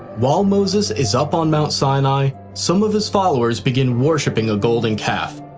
while moses is up on mount sinai, some of his followers begin worshiping a golden calf.